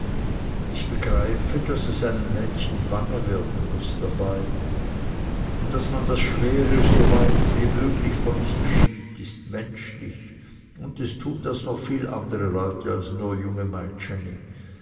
ich begreife daß es einem mädchen bange werden muß dabei und daß man das schwere so weit von sich wegschiebt als möglich ist menschlich und es tun das noch viel andere leute als nur junge